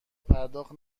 پرداخت